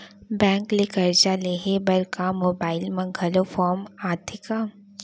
Bank ले करजा लेहे बर का मोबाइल म घलो फार्म आथे का?